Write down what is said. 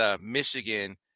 Michigan